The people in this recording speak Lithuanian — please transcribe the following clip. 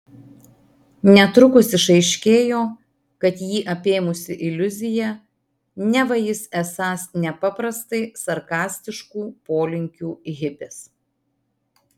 netrukus išaiškėjo kad jį apėmusi iliuzija neva jis esąs nepaprastai sarkastiškų polinkių hipis